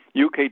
UK